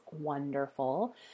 wonderful